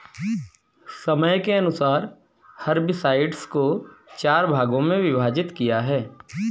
समय के अनुसार हर्बिसाइड्स को चार भागों मे विभाजित किया है